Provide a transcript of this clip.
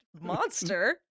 monster